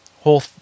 whole